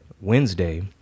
Wednesday